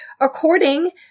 according